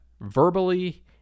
verbally